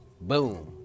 Boom